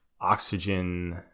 oxygen